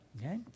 okay